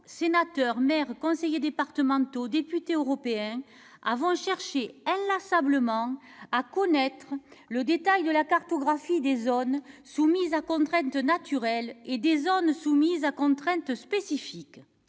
sénateurs, les maires, les conseillers départementaux et les députés européens ont cherché inlassablement à connaître le détail de la cartographie des zones soumises à contraintes naturelles et des zones soumises à contraintes spécifiques.